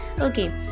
Okay